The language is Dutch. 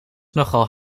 nogal